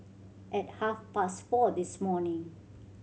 at half past four this morning